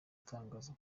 atangaza